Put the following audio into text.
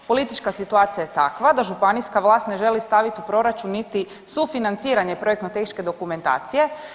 Politička situacija je takva da županijska vlast ne želi staviti u proračun niti sufinanciranje projektno tehničke dokumentacije.